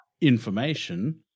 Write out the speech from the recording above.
information